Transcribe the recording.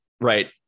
Right